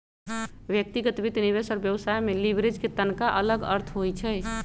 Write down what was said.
व्यक्तिगत वित्त, निवेश और व्यवसाय में लिवरेज के तनका अलग अर्थ होइ छइ